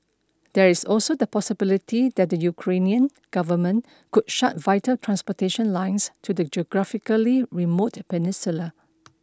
there is also the possibility that the Ukrainian government could shut vital transportation lines to the geographically remote peninsula